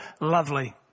lovely